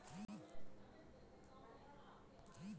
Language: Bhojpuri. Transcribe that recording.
राम लाल के जाने के बा की सरकारी योजना का होला?